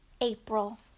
April